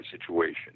situation